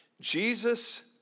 Jesus